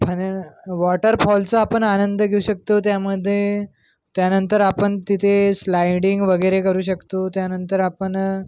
फान्या वॉटरफॉलचा आपण आनंद घेवू शकतो त्यामध्ये त्यानंतर आपण तिथे स्लायडिंग वगैरे करू शकतो त्यानंतर आपण